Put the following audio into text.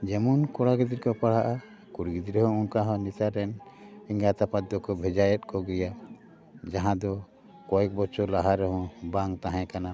ᱡᱮᱢᱚᱱ ᱠᱚᱲᱟ ᱜᱤᱫᱽᱨᱟᱹ ᱠᱚ ᱯᱟᱲᱦᱟᱜᱼᱟ ᱠᱩᱲᱤ ᱜᱤᱫᱽᱨᱟᱹ ᱦᱚᱸ ᱚᱱᱠᱟ ᱦᱚᱸ ᱱᱮᱛᱟᱨ ᱨᱮᱱ ᱮᱸᱜᱟᱛ ᱟᱯᱟᱫ ᱫᱚᱠᱚ ᱵᱷᱮᱡᱟᱭᱮᱫ ᱠᱚᱜᱮᱭᱟ ᱡᱟᱦᱟᱸ ᱫᱚ ᱠᱚᱭᱮᱠ ᱵᱚᱪᱷᱚᱨ ᱞᱟᱦᱟ ᱨᱮᱦᱚᱸ ᱵᱟᱝ ᱛᱟᱦᱮᱸ ᱠᱟᱱᱟ